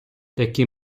такі